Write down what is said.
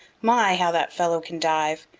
my, how that fellow can dive!